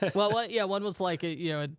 like well, ah yeah, one was like, a yeah